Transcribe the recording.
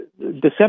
December